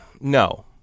No